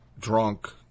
drunk